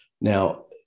Now